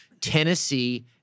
Tennessee